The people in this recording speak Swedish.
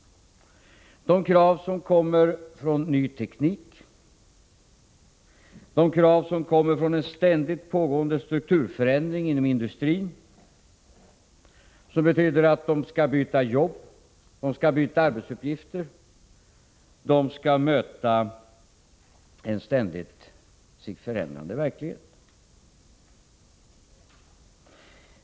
Det är krav som kommer från ny teknik, krav som kommer från en ständigt pågående strukturförändring inom industrin. Detta kan betyda att de skall byta jobb, de skall byta arbetsuppgifter, de skall möta en sig ständigt förändrande verklighet.